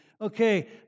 Okay